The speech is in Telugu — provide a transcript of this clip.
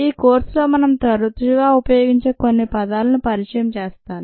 ఈ కోర్సులో మనం తరచుగా ఉపయోగించే కొన్ని పదాలను పరిచయం చేస్తాను